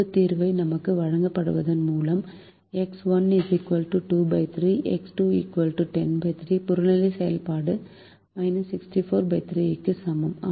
ஒரு தீர்வை நமக்கு வழங்குவதன் மூலம் எக்ஸ் 1 23 எக்ஸ் 2 103 புறநிலை செயல்பாடு 643 க்கு சமம்